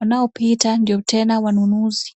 Wanaopita ndio tena wanunuzi.